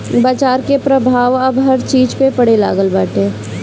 बाजार के प्रभाव अब हर चीज पे पड़े लागल बाटे